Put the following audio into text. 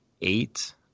eight